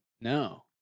no